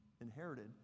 inherited